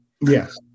Yes